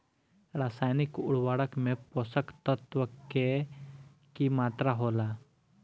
रसायनिक उर्वरक में पोषक तत्व के की मात्रा होला?